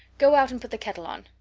go out and put the kettle on.